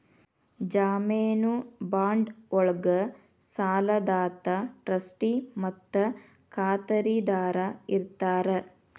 ಜಾಮೇನು ಬಾಂಡ್ ಒಳ್ಗ ಸಾಲದಾತ ಟ್ರಸ್ಟಿ ಮತ್ತ ಖಾತರಿದಾರ ಇರ್ತಾರ